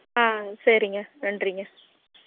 ஆ சரிங்க நன்றிங்க